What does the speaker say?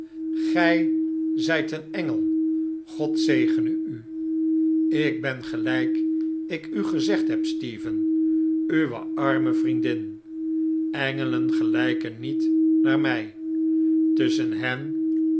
gij zijt een engel god zegene u ik ben gelijk ik u gezegd heb stephen uwe arme vriendin engelen gelijken niet naar mij tusschen hen